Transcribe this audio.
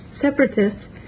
separatists